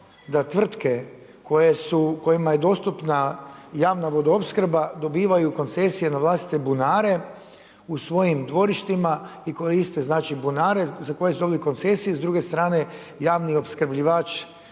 da tvrtke kojima je dostupna javna vodoopskrba dobivaju koncesije na vlastite bunare u svojim dvorištima i koriste bunare za koje su dobili koncesiju, s druge strane javni opskrbljivač